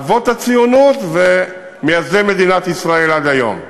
אבות הציונות ומייסדי מדינת ישראל עד היום.